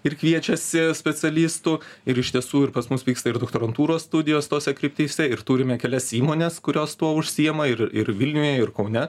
ir kviečiasi specialistų ir iš tiesų ir pas mus vyksta ir doktorantūros studijos tose kryptyse ir turime kelias įmones kurios tuo užsiima ir ir vilniuje ir kaune